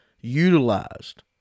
utilized